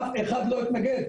אף אחד לא התנגד.